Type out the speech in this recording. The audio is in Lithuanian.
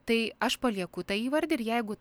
tai aš palieku tą įvardį ir jeigu